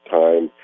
time